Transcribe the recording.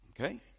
okay